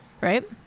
right